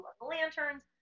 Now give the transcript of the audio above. Lanterns